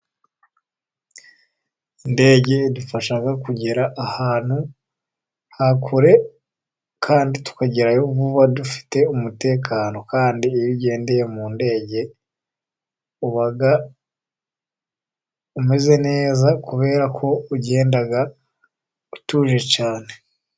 Indege idufasha kugera ahantu ha kure kandi tukagerayo vuba dufite umutekano, kandi iyo ugendeye mu ndege uba umeze neza kubera ko ugenda utuje cyane.